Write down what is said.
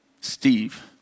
Steve